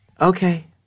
Okay